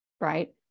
Right